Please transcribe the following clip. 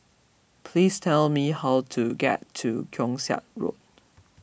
please tell me how to get to Keong Saik Road